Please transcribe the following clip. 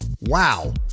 Wow